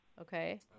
Okay